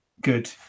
good